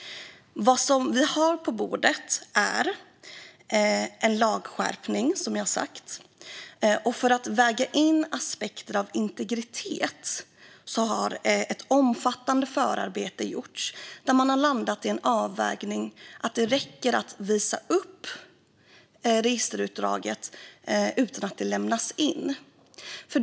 Vad vi har på bordet är som sagt en lagskärpning. För att väga in aspekter på integritet har ett omfattande förarbete gjorts, där man har landat i avvägningen att det räcker att visa upp registerutdraget utan att lämna in det.